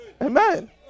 Amen